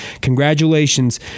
Congratulations